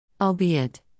Albeit